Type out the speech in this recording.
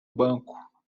banco